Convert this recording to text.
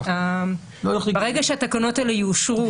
ברגע שהתקנות האלה יאושרו,